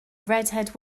redhead